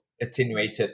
attenuated